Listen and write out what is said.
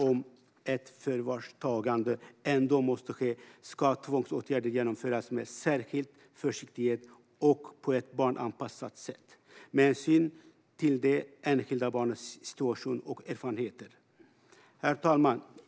Om ett förvarstagande ändå måste ske ska tvångsåtgärder genomföras med särskild försiktighet och på ett barnanpassat sätt, med hänsyn till det enskilda barnets situation och erfarenheter. Herr talman!